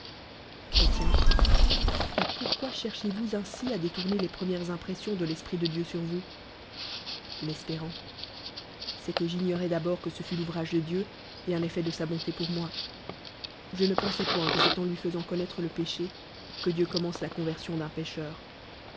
et pourquoicherchiez vous ainsi à détourner les premièmilitpree sions de l'esprit de dieu sur vou s l espér c'est que j'ignorois d'abord que ce fût l'ouvrage de dieu y iaon el uri effet de sa bonté pour moi je ne pcdsois point que c'est en lui faisant condoître le péché que dieu commence la conversion d'un pé